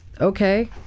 okay